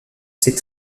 ces